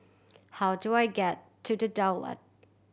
how do I get to The Daulat